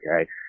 Okay